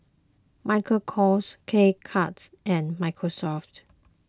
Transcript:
Michael Kors K Cuts and Microsoft